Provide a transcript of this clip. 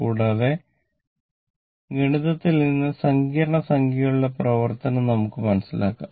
കൂടാതെ ഗണിതത്തിൽ നിന്ന് സങ്കീർണ്ണ സംഖ്യയുടെ പ്രവർത്തനം നമുക്ക് മനസ്സിലാക്കം